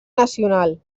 nacional